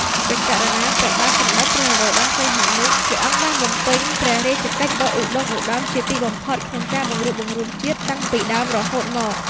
ព្រះករុណាព្រះបាទសម្តេចព្រះនរោត្តម សីហនុ ព្រះអង្គបានបំពេញព្រះរាជកិច្ចដ៏ឧត្តុង្គ ឧត្តមជាទីបំផុតក្នុងការបង្រួបបង្រួមជាតិតាំងពីដើមរហូតមក។